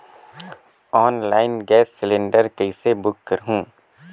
Online gas cylinder कइसे book करहु?